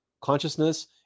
consciousness